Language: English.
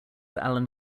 allen